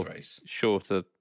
shorter